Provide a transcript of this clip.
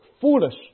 foolish